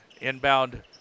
Inbound